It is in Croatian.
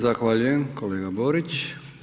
Zahvaljujem, kolega Borić.